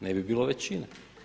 Ne bi bilo većine.